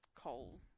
coal